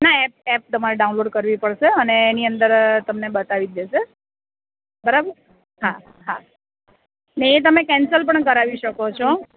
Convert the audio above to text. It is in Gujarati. ના એપ એપ તમારે ડાઉનલોડ કરવી પડશે અને એની અંદર તમને બતાવી જ દેશે બરાબર હા હા ને એ તમે કેન્સલ પણ કરાવી શકો છો